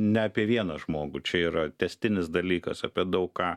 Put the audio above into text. ne apie vieną žmogų čia yra tęstinis dalykas apie daug ką